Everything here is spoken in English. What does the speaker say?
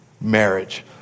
marriage